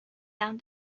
down